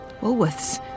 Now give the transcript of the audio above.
Woolworth's